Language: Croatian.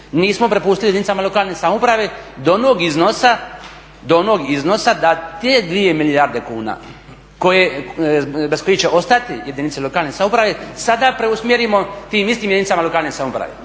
nismo prepustili jedinicama lokalne samouprave do onog iznosa da te 2 milijarde kuna koje, bez kojih će ostati jedinice lokalne samouprave sada preusmjerimo tim istim jedinicama lokane samouprave.